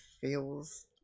feels